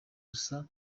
gusa